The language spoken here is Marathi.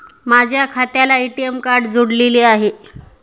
माझ्या खात्याला ए.टी.एम कार्ड जोडलेले आहे